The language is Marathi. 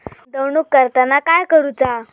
गुंतवणूक करताना काय करुचा?